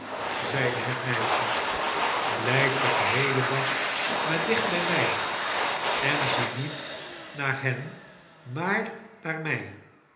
zeide het meisje blijf den geheelen dag maar dicht bij mij en zie niet naar hen maar naar mij